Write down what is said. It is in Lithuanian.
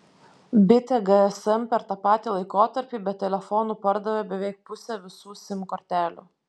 bitė gsm per tą patį laikotarpį be telefonų pardavė beveik pusę visų sim kortelių